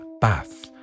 Bath